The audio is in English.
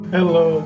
Hello